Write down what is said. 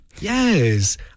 Yes